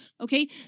okay